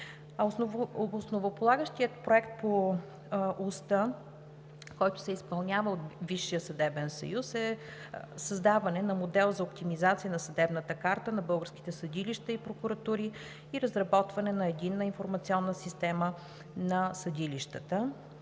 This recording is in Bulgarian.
Основополагащият Проект по оста, който се изпълнява от Висшия съдебен съвет, е създаване на модел за оптимизация на съдебната карта на българските съдилища и прокуратури и разработване на единна информационна система на съдилищата.